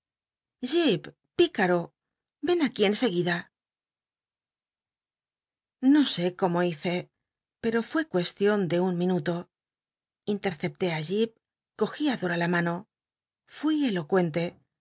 ven aquí enseguida no sé cómo hice pcto fué cuestion de un minulo lnlerceplé ti jip cogi dora la mano fui elocuente